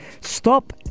Stop